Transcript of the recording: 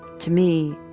to me,